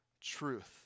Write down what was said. truth